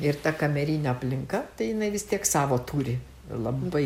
ir ta kamerinė aplinka tai jinai vis tiek savo turi labai